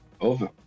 Over